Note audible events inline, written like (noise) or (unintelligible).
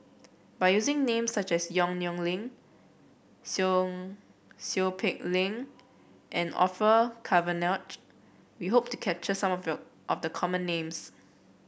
by using names such as Yong Nyuk Lin Seow Seow Peck Leng and Orfeur Cavenagh we hope to capture some (unintelligible) of the common names